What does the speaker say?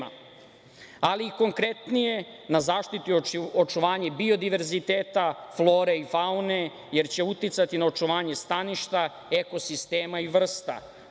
ali i konkretnije, na zaštitu i očuvanje biodiverziteta flore i faune, jer će uticati na očuvanje staništa eko sistema i vrsta,